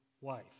wife